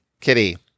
kitty